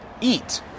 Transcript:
eat